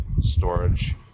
storage